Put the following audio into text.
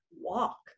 walk